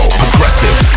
progressive